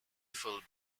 full